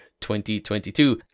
2022